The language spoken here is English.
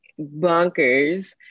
bonkers